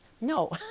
No